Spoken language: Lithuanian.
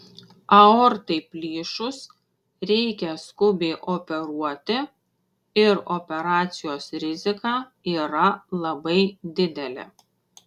aortai plyšus reikia skubiai operuoti ir operacijos rizika yra labai didelė